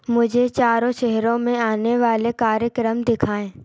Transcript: मुझे चारों शहरों में आने वाले कार्यक्रम दिखाएँ